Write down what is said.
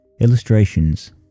Illustrations